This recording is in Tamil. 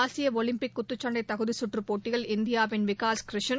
ஆசிய ஒலிம்பிக் குத்துச்சண்டை தகுதி சுற்றுப் போட்டியில் இந்தியாவின் விகாஷ் கிஷன்